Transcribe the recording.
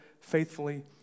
faithfully